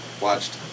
watched